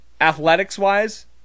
athletics-wise